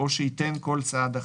או שייתן כל סעד אחר.